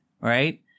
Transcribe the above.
right